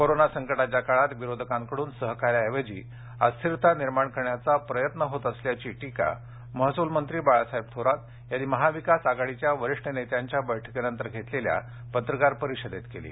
corona संकटाच्या काळात विरोधकांकडून सहकार्याऐवजी अस्थिरता निर्माण करण्याचा प्रयत्न होत असल्याची टीका महसूलमंत्री बाळासाहेब थोरात यांनी महाविकास आघाडीच्या वरिष्ठ नेत्यांच्या बैठकीनंतर घेतलेल्या पत्रकार परिषदेत केली